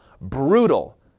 brutal